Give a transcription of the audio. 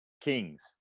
Kings